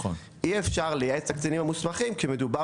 אי-אפשר לייעץ לקצינים המוסמכים כשמדובר